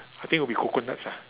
I think would be coconuts ah